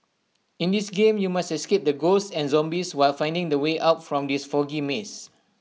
in this game you must escape ghosts and zombies while finding the way out from the foggy maze